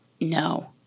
No